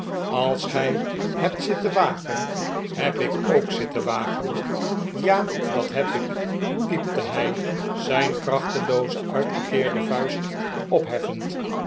als gij hebt zitten waken heb ik ook zitten waken ja dat heb ik piepte hij zijn krachtelooze uitgeteerde vuist opheffend